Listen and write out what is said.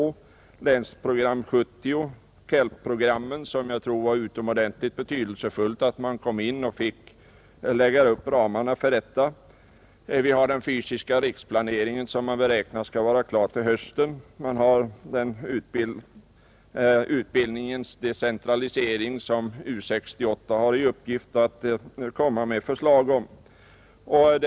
Vi har Länsprogram 1970, vi har KELP-programmen =— jag tror att det var utomordentligt betydelsefullt att man fick lägga upp ramarna på det sättet — vi har den fysiska riksplaneringen som beräknas vara klar till hösten, vi har utbildningens decentralisering, som U 68 har i uppgift att komma med förslag om.